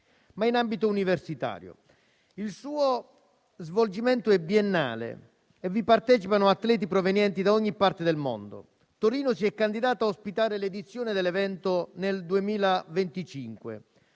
ma in ambito universitario. Il suo svolgimento è biennale e vi partecipano atleti provenienti da ogni parte del mondo. Torino si è candidata a ospitare l'edizione dell'evento nel 2025